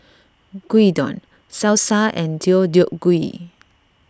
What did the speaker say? Gyudon Salsa and Deodeok Gui